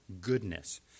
goodness